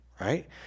right